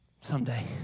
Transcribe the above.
someday